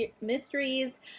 mysteries